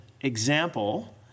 example